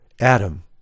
Adam